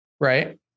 right